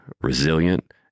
resilient